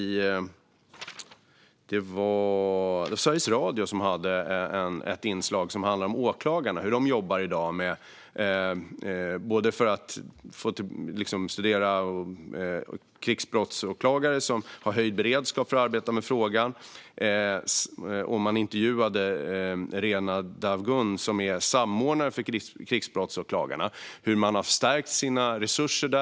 Det var Sveriges Radio som hade ett inslag som handlade om hur åklagarna jobbar i dag. Det handlade om krigsbrottsåklagare som har en höjd beredskap för att arbeta med frågan. Man intervjuade Reena Devgun, som är samordnare för krigsbrottsåklagarna, om hur man har stärkt sina resurser där.